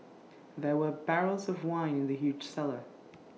there were barrels of wine in the huge cellar